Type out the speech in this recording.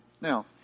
now